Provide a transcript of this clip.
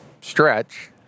stretch